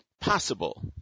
possible